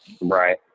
Right